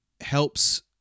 helps